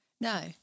No